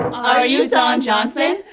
are you don johnson?